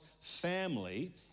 family